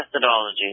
methodology